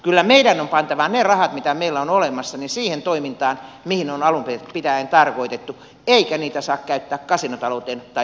kyllä meidän on pantava ne rahat jotka meillä on olemassa siihen toimintaan mihin ne on alun pitäen tarkoitettu eikä niitä saa käyttää kasinotalouteen tai sen tukemiseen